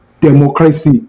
democracy